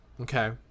Okay